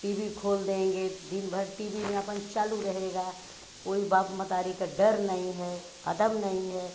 T V खोल देंगे दिन भर टी वी में अपन चालू रहेगा कोई बाप महतारी का डर नही है अदब नहीं है